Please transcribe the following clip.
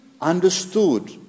understood